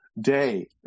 day